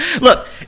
Look